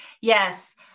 Yes